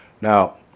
Now